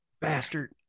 bastard